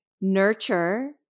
nurture